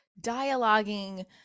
dialoguing –